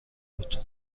بود